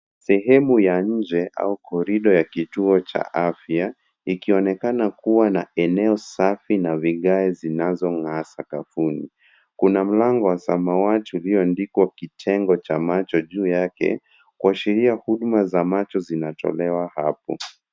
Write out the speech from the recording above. Sehemu ya nje au korido ya kituo cha afya ikionekana kuwa na eneo safi na vigae zinazong'aa sakafuni. Kuna mlango wa samawati iliyoandikwa kitengo cha macho juu yake kuashiria huduma za macho zinatolewa mahali hapo.